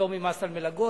פטור ממס על מלגות,